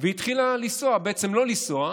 והתחילה לנסוע, בעצם, לא לנסוע: